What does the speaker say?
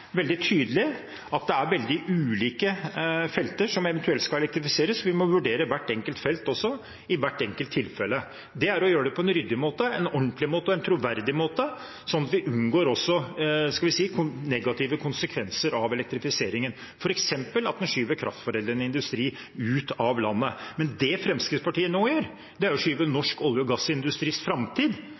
veldig tydelig, er det veldig ulike felter som eventuelt skal elektrifiseres. Vi må vurdere hvert enkelt felt i hvert enkelt tilfelle. Det er å gjøre det på en ryddig måte, en ordentlig måte og en troverdig måte, sånn at vi unngår negative konsekvenser av elektrifiseringen, f.eks. at en skyver kraftforedlende industri ut av landet. Men det Fremskrittspartiet nå gjør, er å skyve norsk olje- og gassindustris framtid